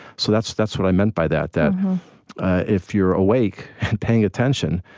so that's that's what i meant by that, that if you're awake and paying attention,